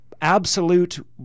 absolute